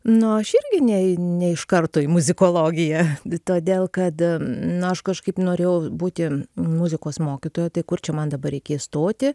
nu aš irgi ne ne iš karto į muzikologiją todėl kad nu aš kažkaip norėjau būti muzikos mokytoja tai kur čia man dabar reikės stoti